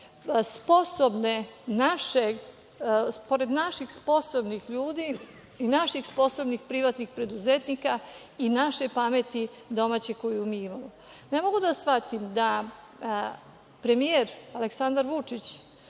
fabrike pored naših sposobnih ljudi i naših sposobnih privatnih preduzetnika i naše domaće pameti koju mi imamo. Ne mogu da shvatim da premijer Aleksandar Vučić